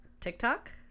TikTok